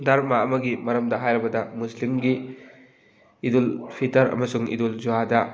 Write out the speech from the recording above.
ꯗꯔꯃ ꯑꯃꯒꯤ ꯃꯔꯝꯗ ꯍꯥꯏꯔꯕꯗ ꯃꯨꯁꯂꯤꯝꯒꯤ ꯏꯗꯨꯜ ꯐꯤꯇꯔ ꯑꯃꯁꯨꯡ ꯏꯗꯨꯜ ꯖꯨꯍꯥꯗ